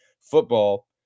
football